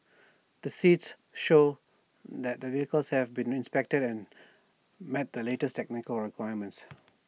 the seats show that the vehicles have been inspected and met the latest technical requirements